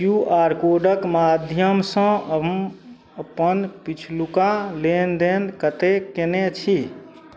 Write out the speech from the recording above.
Q R कोडके माध्यमसँ हम अपन पछिलुका लेनदेन कतेक कएने छी